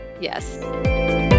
Yes